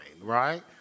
right